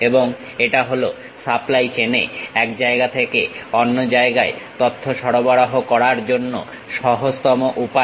এবং এটা হল সাপ্লাই চেনে এক জায়গা থেকে অন্য জায়গায় তথ্য সরবরাহ করার জন্য সহজতম উপায়